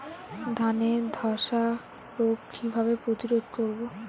ধানে ধ্বসা রোগ কিভাবে প্রতিরোধ করব?